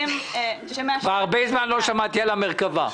כבר הרבה זמן לא שמעתי על המרכב"ה.